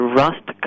rust